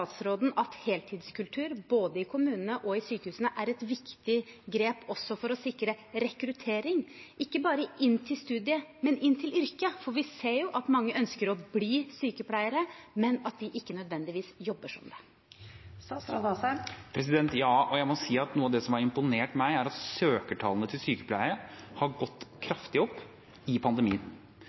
at heltidskultur, både i kommunene og i sykehusene, er et viktig grep også for å sikre rekruttering – ikke bare til studiet, men til yrket? Vi ser jo at mange ønsker å bli sykepleiere, men at de ikke nødvendigvis jobber som det. Ja, og jeg må si at noe av det som har imponert meg, er at søkertallene til sykepleie har gått kraftig opp under pandemien.